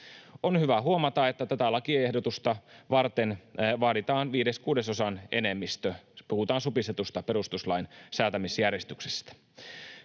On hyvä huomata, että tätä lakiehdotusta varten vaaditaan viiden kuudesosan enemmistö — puhutaan supistetusta perustuslain säätämisjärjestyksestä.